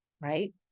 Right